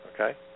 Okay